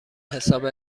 حساب